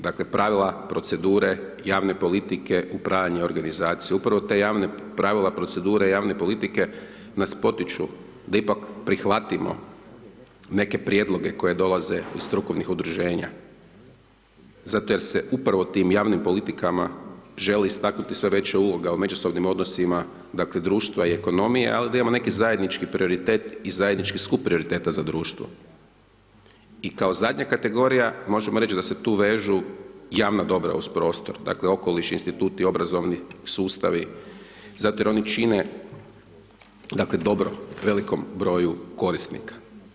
Dakle pravila, procedure, javne politike, upravljanje i organizacija, upravo te javne, pravila procedure javne politike nas potiču da ipak prihvatimo neke prijedloge koje dolaze iz strukovnih udruženja zato jer se upravo tim javnim politikama želi istaknuti sve veća uloga u međusobnim odnosima, dakle, društva i ekonomije, al da imamo neki zajednički prioritet i zajednički suprioriteta za društvo i kao zadnja kategorija, možemo reći da se tu vežu javna dobra uz prostor, dakle, okoliš, instituti, obrazovni sustavi zato jer oni čine dobro velikom broju korisnika.